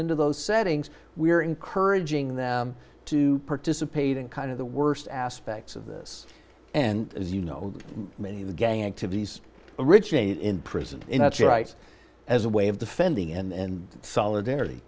into those settings we are encouraging them to participate in kind of the worst aspects of this and as you know many of the gang activities originate in prison rights as a way of defending and solidarity